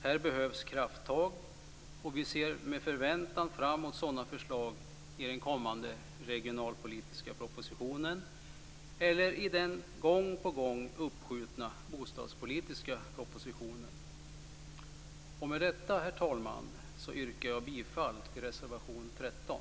Här behövs krafttag. Vi ser med förväntan fram emot sådana förslag i den kommande regionalpolitiska propositionen eller i den gång på gång uppskjutna bostadspolitiska propositionen. Herr talman! Med detta yrkar jag bifall till reservation 13.